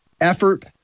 effort